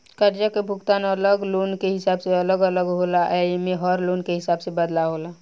कर्जा के भुगतान अलग लोन के हिसाब से अलग अलग होला आ एमे में हर लोन के हिसाब से बदलाव होला